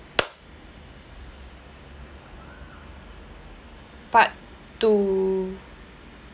part two